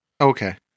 Okay